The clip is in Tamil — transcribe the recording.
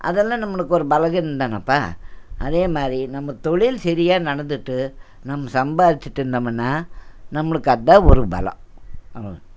அதெல்லாம் நம்மளுக்கு ஒரு பலகீனம் தானப்பா அதேமாதிரி நம்ப தொழில் சரியா நடந்துகிட்டு நம்ப சம்பாதிச்சிட்டிருந்தமுன்னா நம்மளுக்கு அதுதான் ஒரு பலம்